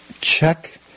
check